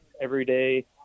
everyday